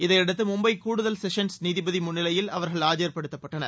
இதையடுத்து மும்பை கூடுதல் செஷன்ஸ் நீதிபதி முன்னிலையில் அவர்கள் ஆஜர்படுத்தப்பட்டனர்